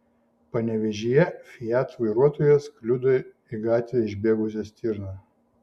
panevėžyje fiat vairuotojas kliudė į gatvę išbėgusią stirną